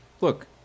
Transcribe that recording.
Look